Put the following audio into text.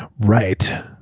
right.